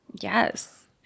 Yes